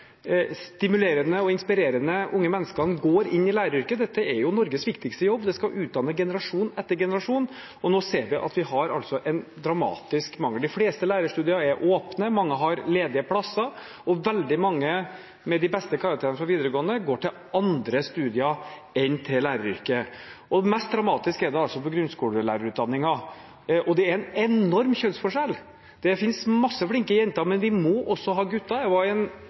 stimulerende og inspirerende unge menneskene går inn i læreryrket. Dette er Norges viktigste jobb, generasjon etter generasjon skal utdannes. Vi ser at vi har en dramatisk mangel. De fleste lærerstudier er åpne, mange har ledige plasser, og veldig mange med de beste karakterene fra videregående går til andre studier enn til læreryrket. Mest dramatisk er det for grunnskolelærerutdanningen. Det er en enorm kjønnsforskjell, det finnes mange flinke jenter, men vi må også ha